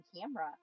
camera